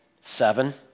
Seven